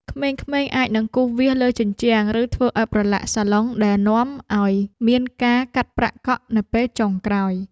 ក្មេងៗអាចនឹងគូសវាសលើជញ្ជាំងឬធ្វើឱ្យប្រឡាក់សាឡុងដែលនាំឱ្យមានការកាត់ប្រាក់កក់នៅពេលចុងក្រោយ។